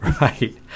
right